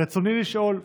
רצוני לשאול: